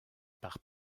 par